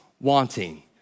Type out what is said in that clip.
wanting